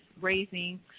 raising